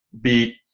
beat